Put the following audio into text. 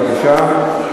בבקשה.